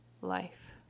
life